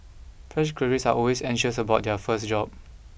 fresh graduates are always anxious about their first job